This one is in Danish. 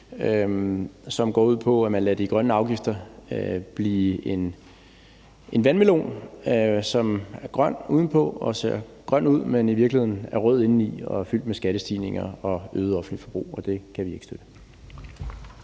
som går ud på, at man lader de grønne afgifter blive som en vandmelon, som udenpå er grøn, og som ser grøn ud, men som indeni i virkeligheden er rød, og som er fyldt med skattestigninger og et øget offentligt forbrug, og det kan vi ikke støtte.